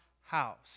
house